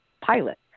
pilot